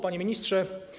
Panie Ministrze!